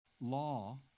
Law